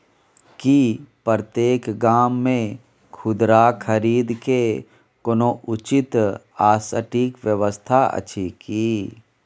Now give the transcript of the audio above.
की प्रतेक गोदाम मे खुदरा खरीद के कोनो उचित आ सटिक व्यवस्था अछि की?